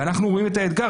ואנחנו רואים את האתגר.